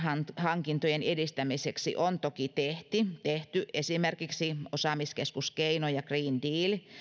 hankintojen edistämiseksi on toki tehty esimerkiksi osaamiskeskus keino ja green deal